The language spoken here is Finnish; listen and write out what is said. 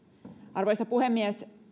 arvoisa puhemies